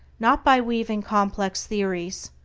not by weaving complex theories,